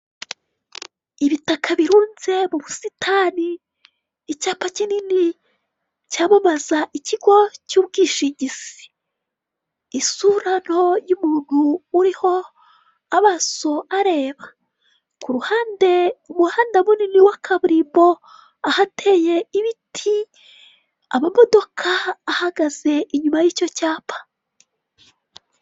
Ibitaka birunze mu busitani. Icyapa kinini cyamamaza ikigo cy'ubwishingizi. Isura nto y'umuntu uriho amaso areba. Ku ruhande umuhanda munini wa kaburimbo ahateye ibiti, amamodoka ahagaze inyuma y'icyo cyapa.